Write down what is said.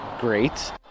great